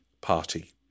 party